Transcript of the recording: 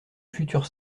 futur